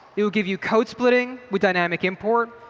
it will give you code-splitting with dynamic import,